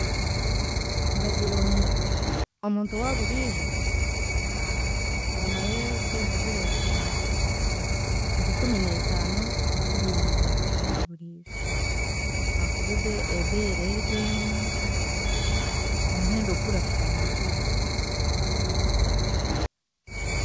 Ndagira omu- omuntu owaaburiijo aramaraho esente zirahika nka ikumi n’etaano, makumyabiri owaaburiijo, hakuba ebe- ebeeyi ere eryemwe omuhendo gurashwana mbwenu. Ndagira omu- omuntu owaaburiijo aramaraho esente zirahika nka ikumi n’etaano, makumyabiri owaaburiijo, hakuba ebe- ebeeyi ere eryemwe omuhendo gurashwana mbwenu.